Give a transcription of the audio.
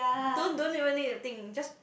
don't don't even need to think just